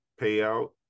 payout